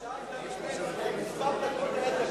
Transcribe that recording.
השעה היתה לפני כמה דקות,